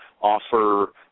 offer –